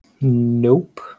nope